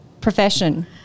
profession